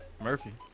Murphy